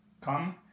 Come